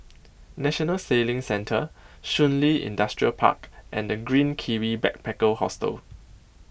National Sailing Centre Shun Li Industrial Park and The Green Kiwi Backpacker Hostel